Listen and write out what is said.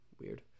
Weird